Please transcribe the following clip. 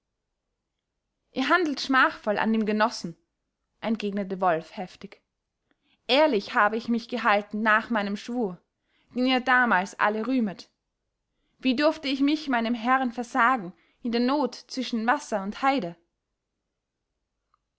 ihr handelt schmachvoll an dem genossen entgegnete wolf heftig ehrlich habe ich mich gehalten nach meinem schwur den ihr damals alle rühmtet wie durfte ich mich meinem herrn versagen in der not zwischen wasser und heide